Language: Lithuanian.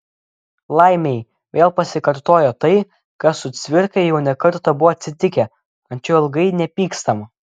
laimei vėl pasikartojo tai kas su cvirka jau ne kartą buvo atsitikę ant jo ilgai nepykstama